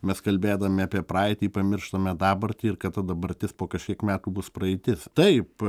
mes kalbėdami apie praeitį pamirštame dabartį ir kad ta dabartis po kažkiek metų bus praeitis taip